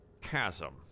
chasm